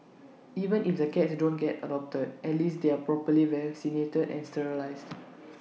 even if the cats don't get adopted at least they are properly vaccinated and sterilised